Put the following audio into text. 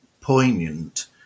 poignant